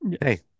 Hey